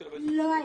ז': לא היה.